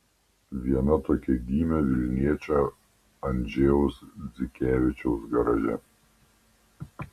viena tokia gimė vilniečio andžejaus dzikevičiaus garaže